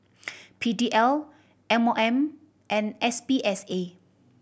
P D L M O M and S P S A